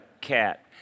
cat